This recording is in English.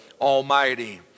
Almighty